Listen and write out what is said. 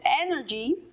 energy